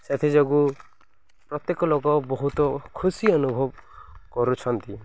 ସେଥିଯୋଗୁଁ ପ୍ରତ୍ୟେକ ଲୋକ ବହୁତ ଖୁସି ଅନୁଭବ କରୁଛନ୍ତି